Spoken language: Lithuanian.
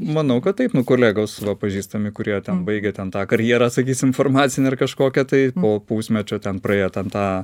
manau kad taip nu kolegos pažįstami kurie ten baigė ten tą karjera sakysim farmacinę ar kažkokią tai po pusmečio ten praėjo ten tą